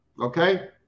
okay